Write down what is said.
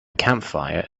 campfire